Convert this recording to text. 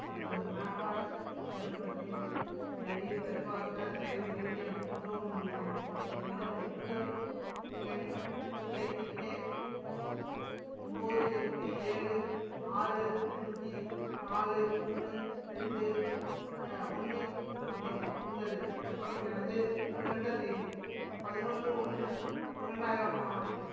எனது PAN card விண்ணப்பத்தின் நிலையை சரிபார்க்க தயவுசெய்து எனக்கு உதவ முடியுமா என்னிடம் ஒப்புதல் எண் ஏசிகே ஒன்போது எட்டு ஏழு ஆறு அஞ்சு நாலு மூணு ரெண்டு ஒன்று பூஜ்யம் உள்ளது மற்றும் எனது பிறந்த தேதி பதினொன்று ஒன்று இரண்டாயிரமா ஆகும்